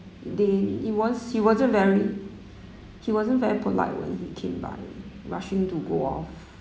they he was~ he wasn't very he wasn't very polite when he came by rushing to go off